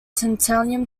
tantalum